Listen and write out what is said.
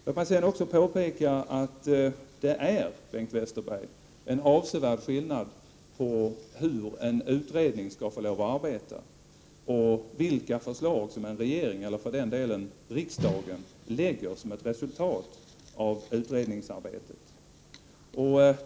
Låt mig också påpeka att det är en avsevärd skillnad, Bengt Westerberg, mellan hur en utredning skall få lov att arbeta och vilka förslag en regering lägger fram och sedan riksdagen beslutar som ett resultat av utredningsarbetet.